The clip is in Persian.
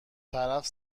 طرف